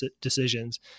decisions